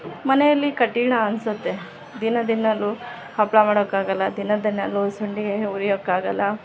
ಮನೆಯಲ್ಲಿ ಕಠಿಣ ಅನ್ಸುತ್ತೆ ದಿನ ದಿನಾಲು ಹಪ್ಪಳ ಮಾಡೋಕೆ ಆಗೊಲ್ಲ ದಿನ ದಿನಾಲು ಸಂಡಿಗೆ ಹುರಿಯೋಕ್ ಆಗೊಲ್ಲ